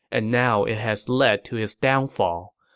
and now it has led to his downfall.